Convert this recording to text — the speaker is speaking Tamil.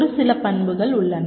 ஒரு சில பண்புகள் உள்ளன